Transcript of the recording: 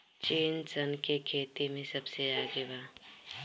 चीन सन के खेती में सबसे आगे बा